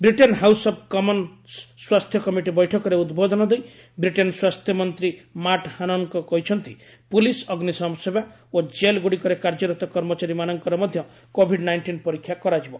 Britain house of commons ସ୍ୱାସ୍ଥ୍ୟ committee ବୈଠକରେ ଉଦ୍ବୋଧନ ଦେଇ ବ୍ରିଟେନ୍ ସ୍ୱାସ୍ଥ୍ୟମନ୍ତ୍ରୀ ମାଟ ହାନକଙ୍କ କହିଛନ୍ତି ପୁଲିସ ଅଗ୍ନିସମ ସେବା ଓ ଜେଲ୍ ଗୁଡ଼ିକରେ କାର୍ଯ୍ୟରତ କର୍ମଚାରୀ ମାନଙ୍କର ମଧ୍ୟ କୋଭିଡ ନାଇଞ୍ଜିନ୍ ପରୀକ୍ଷା କରାଯିବ